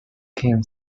keen